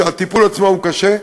כשהטיפול עצמו הוא קשה,